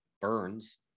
Burns